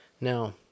Now